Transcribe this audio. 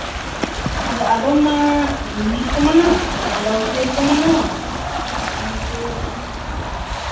ᱟᱫᱚ ᱟᱫᱚᱢ ᱢᱟ ᱠᱩᱱᱟᱹᱢᱤ ᱨᱮᱠᱚ ᱢᱟᱱᱟᱣᱟ ᱟᱫᱚᱢ ᱟᱢᱵᱟᱵᱟᱹᱥᱭᱟᱹ ᱨᱮᱠᱚ ᱢᱟᱱᱟᱣᱟ ᱟᱨ ᱱᱤᱛᱚᱜ